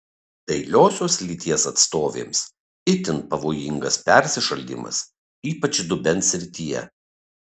dailiosios lyties atstovėms itin pavojingas persišaldymas ypač dubens srityje